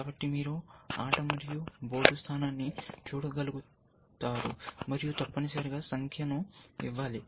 కాబట్టి మీరు ఆట మరియు బోర్డు స్థానాన్ని చూడగలుగుతారు మరియు తప్పనిసరిగా సంఖ్యను ఇవ్వాలి